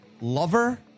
lover